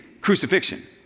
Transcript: crucifixion